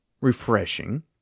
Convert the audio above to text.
refreshing